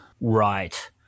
right